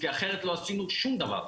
כי אחרת לא עשינו שום דבר.